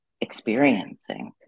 experiencing